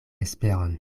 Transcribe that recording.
esperon